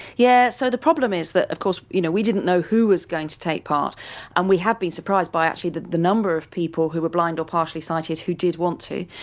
yeah, so problem is that of course you know we didn't know who was going to take part and we had been surprised by actually the the number of people who were blind or partially sighted who did want to.